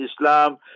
Islam